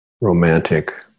romantic